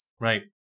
Right